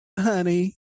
honey